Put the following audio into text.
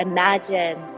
Imagine